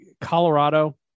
Colorado